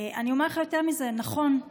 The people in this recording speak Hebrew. אני אומר לך יותר מזה: זה נכון,